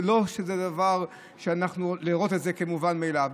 זה לא שזה דבר שאפשר לראות כמובן מאליו,